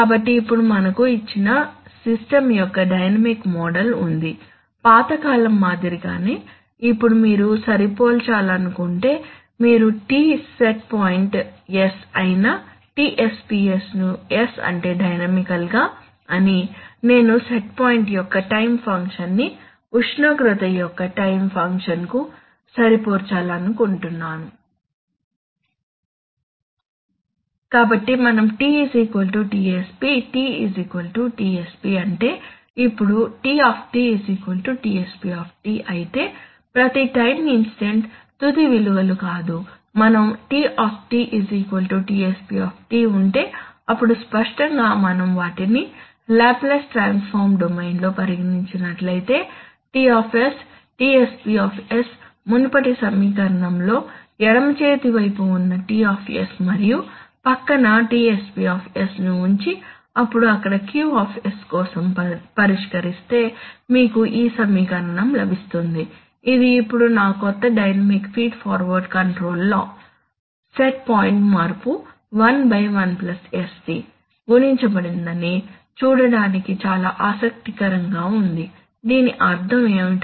కాబట్టి ఇప్పుడు మనకు ఇచ్చిన సిస్టమ్ యొక్క డైనమిక్ మోడల్ ఉంది పాత కాలం మాదిరిగానే ఇప్పుడు మీరు సరిపోల్చాలనుకుంటే మీరు T సెట్ పాయింట్ s అయిన Tsps ను s అంటే డైనమికల్గా అని నేను సెట్ పాయింట్ యొక్క టైం ఫంక్షన్ ని ఉష్ణోగ్రత యొక్క టైం ఫంక్షన్ కు సరిపోల్చాలనుకుంటున్నాను కాబట్టి మనం T Tsp T Tsp అంటే ఇప్పుడు T Tsp అయితే ప్రతి టైం ఇన్స్టంట్ తుది విలువలు కాదు మనం T Tsp ఉంటే అప్పుడు స్పష్టంగా మనం వాటిని లాప్లేస్ ట్రాన్స్ఫార్మ్ డొమైన్లో పరిగణించినట్లయితే T Tsp మునుపటి సమీకరణంలో ఎడమ చేతి వైపు ఉన్న T మరియు పక్కన Tsp ను ఉంచి అప్పుడు అక్కడ Q కోసం పరిష్కరిస్తే మీకు ఈ సమీకరణం లభిస్తుంది ఇది ఇప్పుడు నా కొత్త dynamic feed forward control law set point మార్పు 1 1 sτ గుణించబడిందని చూడటానికి చాలా ఆసక్తికరంగా ఉంది దీని అర్థం ఏమిటి